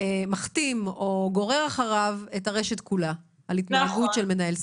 מכתים או גורר אחריו את הרשת כולה על התנהגות של מנהל סניף.